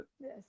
yes